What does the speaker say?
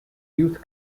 youth